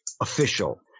official